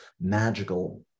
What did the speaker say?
magical